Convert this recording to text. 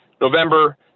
November